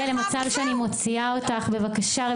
ולשמחתי עכשיו הוא נמצא במחוזות,